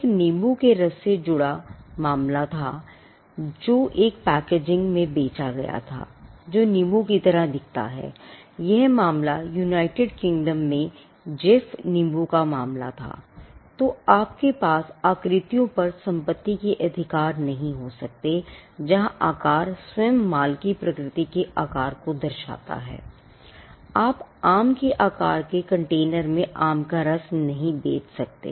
एक नींबू के रस से जुड़ा एक मामला था जो एक पैकेजिंग में आम का रस नहीं बेच सकते